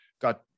got